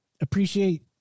appreciate